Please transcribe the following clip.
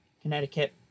connecticut